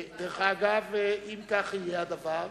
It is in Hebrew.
דרך אגב, אם כך יהיה הדבר,